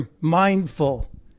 mindful